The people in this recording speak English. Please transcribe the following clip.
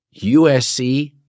USC